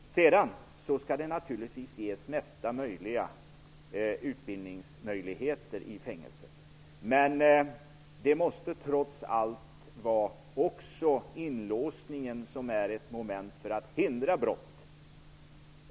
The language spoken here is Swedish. Sedan skall det naturligtvis finnas bästa tänkbara utbildningsmöjligheter i fängelset. Men trots allt måste inlåsningen vara ett moment för att hindra brott.